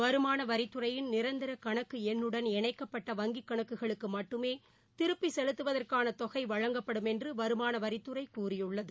வருமானவரித்துறையின் நிரந்தரகணக்குஎண்ணுடன் இணைக்கப்பட்ட வங்கிக் கணக்குகளுக்குமட்டுமேதிருப்பிசெலுத்துவதற்கானதொகைவழங்கப்படும் என்றுவருமானவரித்துறைகூறியுள்ளது